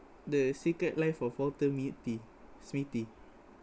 the secret life of walter mitty smithy